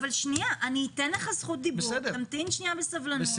אני אתן לך זכות דיבור, תמתין שנייה בסבלנות.